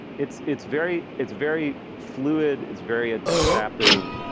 it's it's very it's very fluid. it's very ah adaptive.